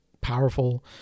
powerful